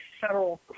federal